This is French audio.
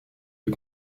est